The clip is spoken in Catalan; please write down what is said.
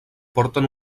porten